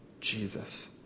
Jesus